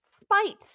spite